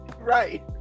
Right